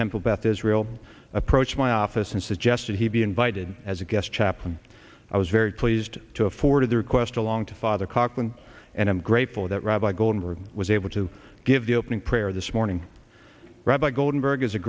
temple beth israel approached my office and suggested he be invited as a guest chaplain i was very pleased to afford the request along to father coughlin and i'm grateful that rabbi goldberg was able to give the opening prayer this morning rabbi goldenberg